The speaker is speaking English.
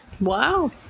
wow